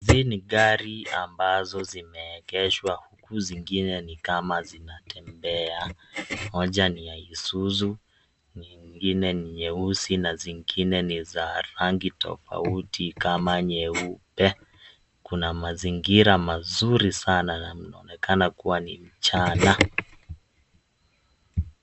Hizi ni gari ambazo zimeegeshwa huku zingine ni kama zinatembea moja ni ya isuzu ingine ni nyeusi na zingine ni za rangi tofauti kama nyeupe kuna mazingira mazuri sana na inaonekana kuwa ni mchana.